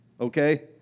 Okay